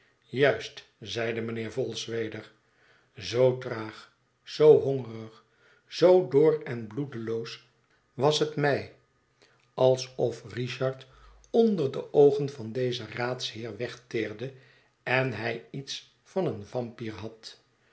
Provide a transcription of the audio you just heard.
juist zeide mijnheer vholes weder zoo traag zoo hongerig zoo dor en bloedeloos was het mij alsof richard onder de oogen van dezen raadsheer wegteerde en hij iets van een yampyr had